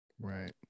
Right